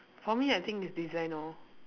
for me I think it's design lor